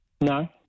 No